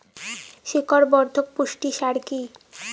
শিকড় বর্ধক পুষ্টি সার কি?